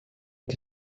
que